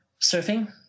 surfing